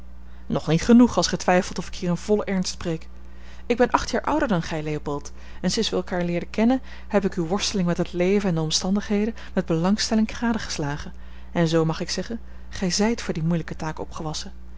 nog niet genoeg als gij twijfelt of ik hier in vollen ernst spreek ik ben acht jaar ouder dan gij leopold en sinds wij elkaar leerden kennen heb ik uwe worsteling met het leven en de omstandigheden met belangstelling gadegeslagen en zoo mag ik zeggen gij zijt voor die moeielijke taak opgewassen